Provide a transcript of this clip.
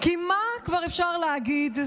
כי מה כבר אפשר להגיד?